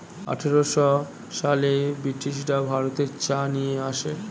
আঠারোশো সালে ব্রিটিশরা ভারতে চা নিয়ে আসে